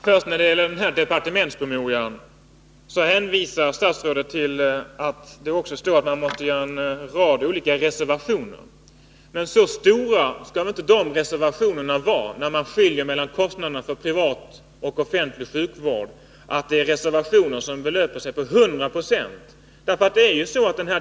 Herr talman! Beträffande departementspromemorian hänvisar statsrådet till att det i den står att man måste göra en rad reservationer. Men dessa reservationer skall inte kunna föranleda skillnader på över 100 96.